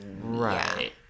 right